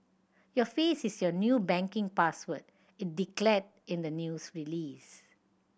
your face is your new banking password it declared in the news release